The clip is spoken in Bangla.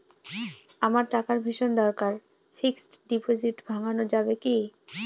আমার টাকার ভীষণ দরকার ফিক্সট ডিপোজিট ভাঙ্গানো যাবে কি?